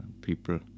people